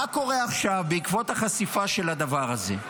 מה קורה עכשיו, בעקבות החשיפה של הדבר הזה?